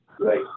Right